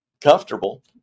comfortable